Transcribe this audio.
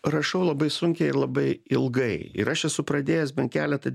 rašau labai sunkiai ir labai ilgai ir aš esu pradėjęs bent keletą